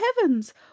heavens